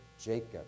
Jacob